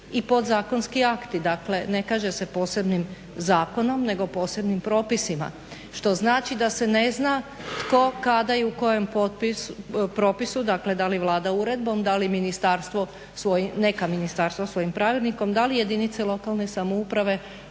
i podzakonski akti, dakle ne kaže se posebnim zakonom, nego posebnim propisima, što znači da se ne zna tko, kada i u kojem propisu, dakle da li Vlada uredbom, da li neka ministarstva svojim pravilnikom, da li jedinice lokalne samouprave